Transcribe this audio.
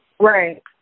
Right